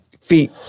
feet